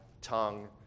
tongue